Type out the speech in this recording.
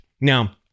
now